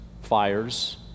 fires